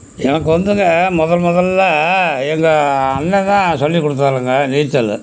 எனக்கு வந்துங்க முதல் முதல்ல எங்கள் அண்ணன்தான் சொல்லிக் கொடுத்தாருங்க நீச்சல்